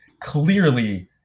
clearly